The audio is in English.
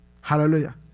Hallelujah